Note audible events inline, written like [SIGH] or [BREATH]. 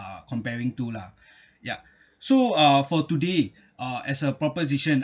uh comparing to lah [BREATH] ya so uh for today uh as a proposition